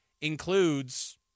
includes